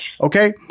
Okay